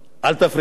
אל תפריע,